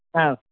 ಹಾಂ